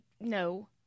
no